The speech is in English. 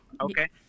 Okay